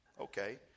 okay